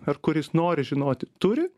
ar kuris nori žinoti turi